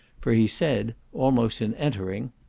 for he said, almost in entering,